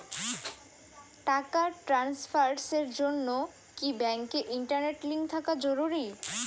টাকা ট্রানস্ফারস এর জন্য কি ব্যাংকে ইন্টারনেট লিংঙ্ক থাকা জরুরি?